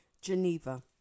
Geneva